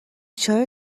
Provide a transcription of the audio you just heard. چاره